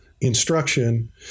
instruction